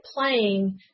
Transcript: playing